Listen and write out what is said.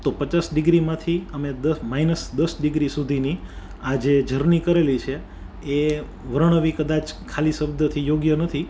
તો પચાસ ડિગ્રીમાંથી અમે દસ માઈનસ દસ ડિગ્રી સુધીની આજે જર્ની કરેલી છે એ વર્ણવી કદાચ ખાલી શબ્દથી યોગ્ય નથી